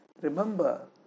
remember